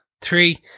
three